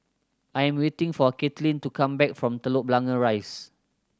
I am waiting for Caitlin to come back from Telok Blangah Rise